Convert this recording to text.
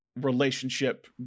relationship